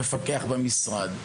שהוא מפקח במשרד.